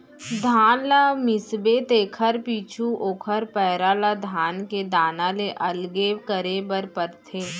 धान ल मिसबे तेकर पीछू ओकर पैरा ल धान के दाना ले अलगे करे बर परथे